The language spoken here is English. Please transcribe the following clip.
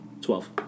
Twelve